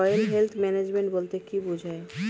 Soil health management বলতে কি বুঝায়?